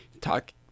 talk